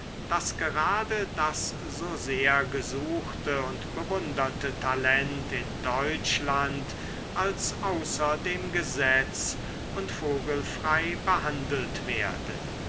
daß gerade das so sehr gesuchte und bewunderte talent in deutschland als außer dem gesetz und vogelfrei behandelt werde